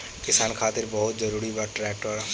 किसान खातिर बहुत जरूरी बा ट्रैक्टर